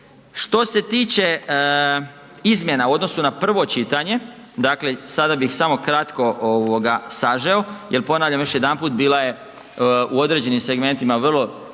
Što se tiče izmjena u odnosu na prvo čitanje, dakle sada bih samo kratko ovoga sažeo jel ponavljam još jedanput bila je u određenim segmentima vrlo